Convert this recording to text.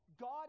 God